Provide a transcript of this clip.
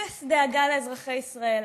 אפס דאגה לאזרחי ישראל.